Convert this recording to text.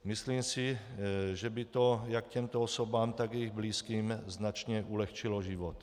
Myslím si, že by to jak těmto osobám, tak jejich blízkým značně ulehčilo život.